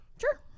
Sure